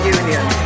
union